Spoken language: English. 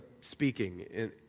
speaking